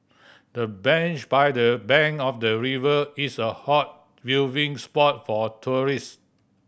the bench by the bank of the river is a hot viewing spot for tourist